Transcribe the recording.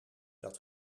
dat